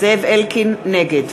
נגד